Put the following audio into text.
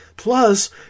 Plus